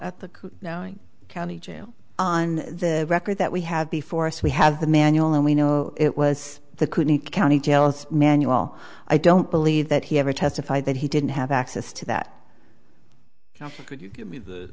at the knowing county jail on the record that we had before us we have the manual and we know it was the couldn't county jail its manual i don't believe that he ever testified that he didn't have access to that now could you give me the